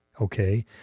okay